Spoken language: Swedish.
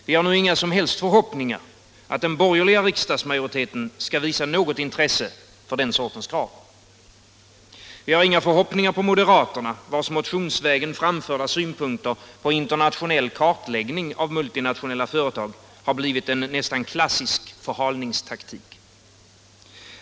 Vi har inga som helst förhoppningar att den borgerliga riksdagsmajoriteten skall visa något intresse för den sortens krav. Vi har inga förhoppningar på moderaterna. Deras motionsvägen framförda synpunkter på internationell kartläggning av multinationella företag har blivit en nästan klassisk förhalningstaktik.